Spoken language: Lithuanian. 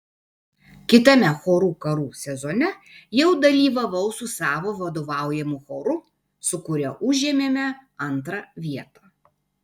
kitame chorų karų sezone jau dalyvavau su savo vadovaujamu choru su kuriuo užėmėme antrą vietą